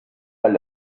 alle